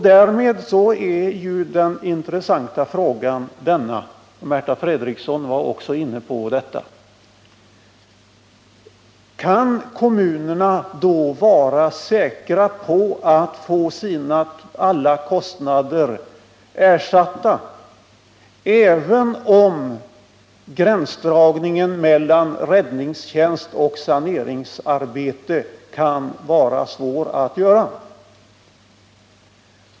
Därmed är den intressanta frågan, som också Märta Fredrikson var inne på, denna: Kan kommunerna vara säkra på att få alla sina kostnader ersatta, även om gränsdragningen mellan räddningstjänst och saneringsarbete kan vara svår att göra?